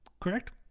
correct